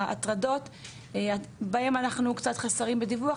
ההטרדות בהן אנחנו קצת חסרים בדיווח,